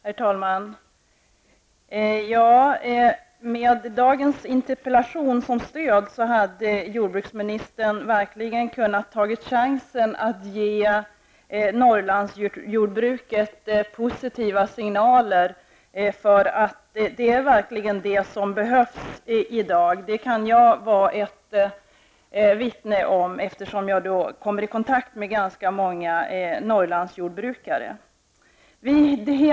Herr talman! Med stöd av dagens interpellation hade jordbruksministern kunnat ta chansen att ge Norrlandsjordbruket positiva signaler. Detta är verkligen något som behövs i dag, det kan jag vittna om, eftersom jag kommer i kontakt med ganska många Norrlandsjordbrukare.